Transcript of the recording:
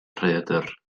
rhaeadr